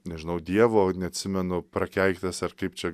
nežinau dievo neatsimenu prakeiktas ar kaip čia